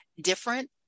Different